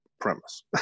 premise